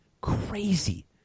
crazy